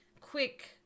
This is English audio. quick